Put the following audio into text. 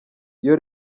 iyo